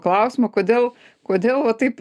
klausimo kodėl kodėl va taip